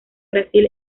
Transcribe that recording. brasil